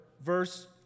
verse